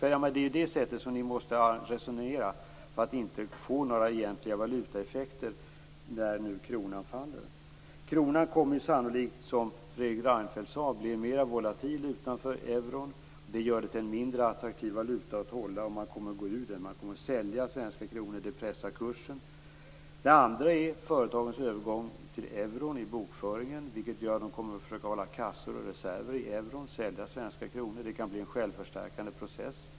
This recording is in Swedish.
Det är ju på det sättet vi måste resonera för att inte få några egentliga valutaeffekter när kronan nu faller. Kronan kommer ju sannolikt, som Fredrik Reinfeldt sade, att bli mer volatil utanför euron. Det gör den till en mindre attraktiv valuta att hålla. Man kommer att gå ur den och sälja svenska kronor, vilket pressar kursen. En annan sak är företagens övergång till euron i bokföringen, vilket gör att de kommer att försöka hålla kassor och reserver i euro och sälja svenska kronor. Det kan bli en självförstärkande process.